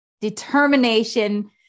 determination